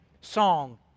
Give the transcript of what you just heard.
song